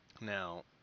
Now